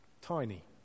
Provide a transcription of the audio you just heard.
Tiny